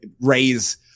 raise